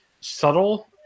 subtle –